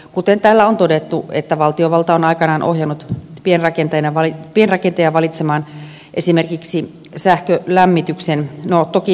kuten täällä on todettu valtiovalta on aikanaan ohjannut pienrakentajia valitsemaan esimerkiksi sähkölämmityksen